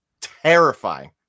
terrifying